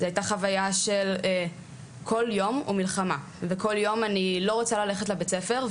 זו היתה חוויה של כל יום הוא מלחמה וכל יום אני לא רוצה ללכת לבית ספר,